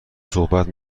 صحبت